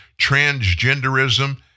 transgenderism